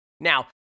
Now